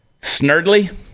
snurdly